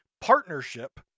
partnership